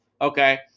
okay